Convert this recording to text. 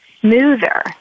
smoother